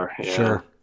sure